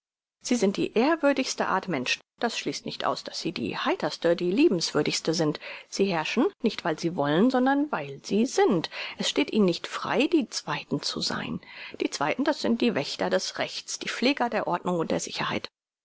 sie sind die ehrwürdigste art mensch das schließt nicht aus daß sie die heiterste die liebenswürdigste sind sie herrschen nicht weil sie wollen sondern weil sie sind es steht ihnen nicht frei die zweiten zu sein die zweiten das sind die wächter des rechts die pfleger der ordnung und der sicherheit